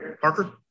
Parker